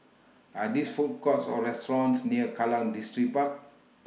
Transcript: Are These Food Courts Or restaurants near Kallang Distripark